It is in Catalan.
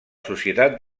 societat